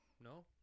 No